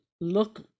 look